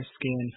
skin